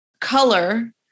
color